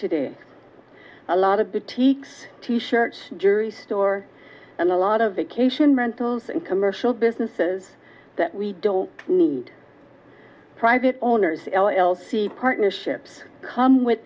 today a lot of the teak t shirts jury store and a lot of vacation rentals and commercial businesses that we don't need private owners l l c partnerships come with